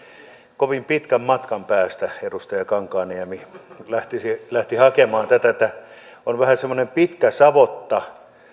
kovin pitkän matkan päästä edustaja kankaanniemi lähti hakemaan tätä niin että on vähän semmoinen pitkä savotta